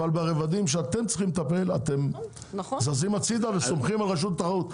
אבל ברבדים שאתם צריכים לטפל אתם זזים הצידה וסומכים על רשת התחרות.